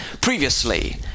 Previously